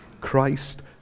Christ